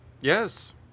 Yes